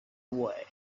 away